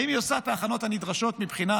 האם היא עושה את ההכנות הנדרשות מבחינת